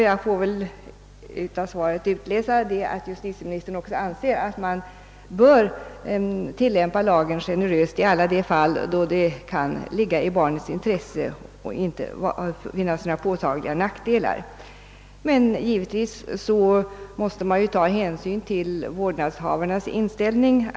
Jag får väl ur svaret utläsa, att justitieministern också anser att man bör tilllämpa lagen generöst i alla de fall då det kan ligga i barnens intresse och inte medföra några påtagliga nackdelar. Men givetvis måste man ta hänsyn till vårdnadshavarnas inställning.